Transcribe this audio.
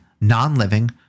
non-living